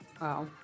Wow